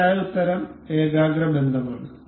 ശരിയായ ഉത്തരം ഏകാഗ്ര ബന്ധമാണ്